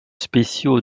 spéciaux